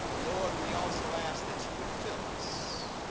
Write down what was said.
lord, we also ask that you would fill us.